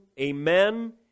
Amen